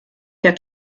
der